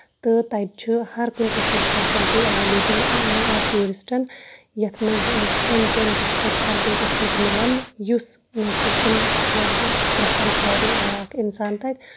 تہٕ تَتہِ چھُ ہر کُنہِ قٕسمٕچ فیسلٹی ایویلیبٔل ٹوٗرِسٹن یَتھ منٛز کھٮ۪ن چین تہِ چھ تتہِ ہر کُنہِ قٕسمُک مِلان یُس قٕسم لگ بگ پریفر کرِ اکھ اِنسان تَتہِ